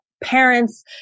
parents